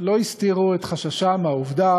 לא הסתירו את חששם מהעובדה